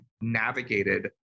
navigated